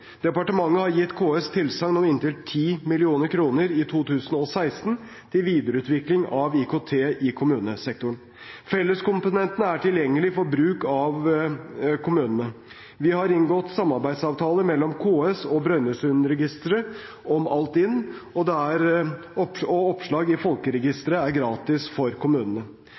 Departementet har gitt KS tilsagn om inntil 10 mill. kr i 2016 til videreutvikling av IKT i kommunesektoren. Felleskomponentene er tilgjengelige for bruk av kommunene. Det er inngått en samarbeidsavtale mellom KS og Brønnøysundregistrene om Altinn, og oppslag i Folkeregisteret er gratis for kommunene.